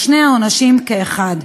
או שני העונשים כאחד,